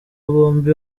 bombi